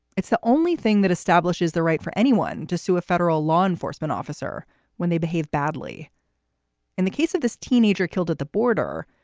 it's the only thing that establishes the right for anyone to sue a federal law enforcement officer when they behave badly in the case of this teenager killed at the border.